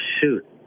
shoot